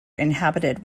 inhabited